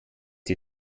die